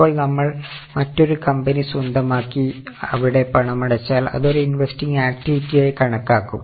ഇപ്പോൾ നമ്മൾ മറ്റൊരു കമ്പനി സ്വന്തമാക്കി അവിടെ പണമടച്ചാൽ അത് ഒരു ഇൻവെസ്റ്റിങ് ആക്റ്റിവിറ്റി ആയി കണക്കാക്കും